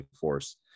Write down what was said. Force